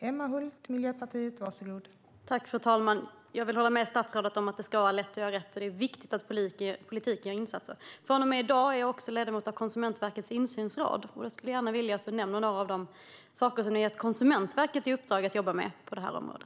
Fru talman! Jag håller med statsrådet om att det ska vara lätt att göra rätt. Det är viktigt att politiken gör insatser. Från och med i dag är jag ledamot också av Konsumentverkets insynsråd. Jag skulle vilja att statsrådet nämner några av de saker som Konsumentverket har fått i uppdrag att jobba med på detta område.